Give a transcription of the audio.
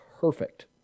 perfect